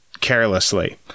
carelessly